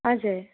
हजुर